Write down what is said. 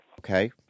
Okay